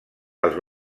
els